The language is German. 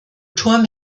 turm